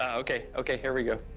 okay. okay, here we go.